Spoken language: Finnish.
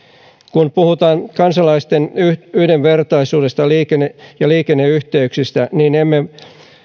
kun puhutaan kansalaisten yhdenvertaisuudesta ja liikenneyhteyksistä niin emme